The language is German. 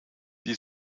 die